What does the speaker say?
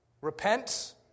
Repent